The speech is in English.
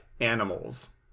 animals